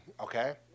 Okay